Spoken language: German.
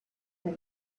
der